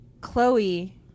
Chloe